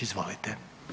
Izvolite.